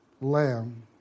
lamb